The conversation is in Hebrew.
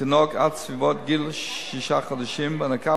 לתינוק עד סביבות גיל שישה חודשים והנקה